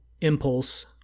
impulse